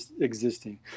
existing